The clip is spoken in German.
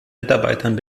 mitarbeitern